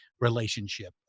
relationship